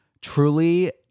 truly